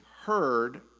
heard